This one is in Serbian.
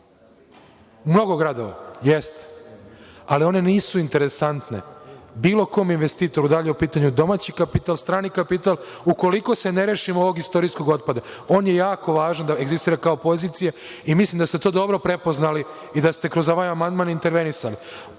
mnogo gradova, jeste, ali one nisu interesantne bilo kom investitoru, da li je u pitanju domaći kapital, strani kapital, ukoliko se ne rešimo ovog istorijskog otpada. On je jako važan da egzistira kao pozicija i mislim da ste to dobro prepoznali i da ste kroz ovaj amandman intervenisali. Ono